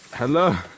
Hello